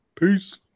Peace